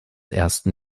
ersten